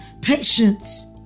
patience